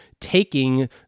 taking